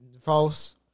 false